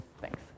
Thanks